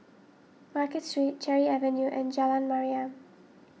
Market Street Cherry Avenue and Jalan Mariam